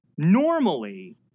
Normally